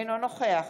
אינו נוכח